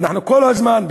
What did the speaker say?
ואנחנו כל הזמן,